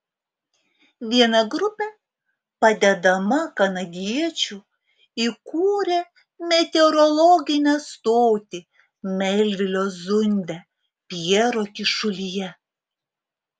viena grupė padedama kanadiečių įkūrė meteorologinę stotį melvilio zunde pjero kyšulyje